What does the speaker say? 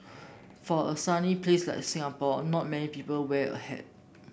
for a sunny place like Singapore not many people wear a hat